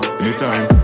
anytime